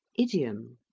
idiom.